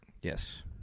Yes